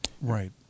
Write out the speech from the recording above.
right